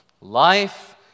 Life